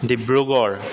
Dibrugarh